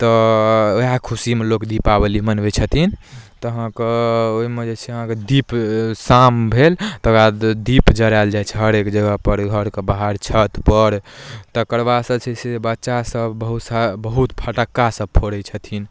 तऽ उएह खुशीमे लोक दीपावली मनबै छथिन तऽ अहाँकेँ ओहिमे जे छै से अहाँके दीप शाम भेल तकर बाद दीप जरायल जाइ छै हरेक जगहपर घरके बाहर छतपर तकर बादसँ छै से बच्चासभ बहुत सारा बहुत फट्टकासभ फोड़ै छथिन